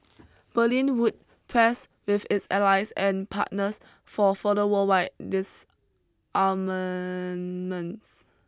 Berlin would press with its allies and partners for further worldwide disarmament